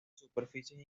superficies